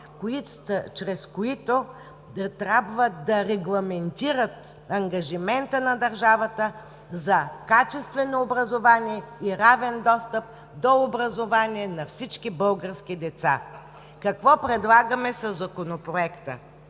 които трябва да регламентират ангажимента на държавата за качествено образовани и равен достъп до образование на всички български деца. Какво предлагаме със Законопроекта